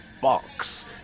Box